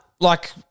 like-